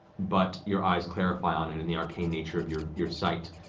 but your eyes clarify on it in the arcane nature of your your sight.